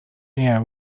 air